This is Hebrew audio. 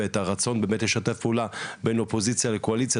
ואת הרצון באמת לשתף פעולה בין אופוזיציה לקואליציה,